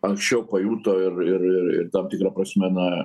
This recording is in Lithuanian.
anksčiau pajuto ir ir ir ir tam tikra prasme na